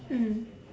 mmhmm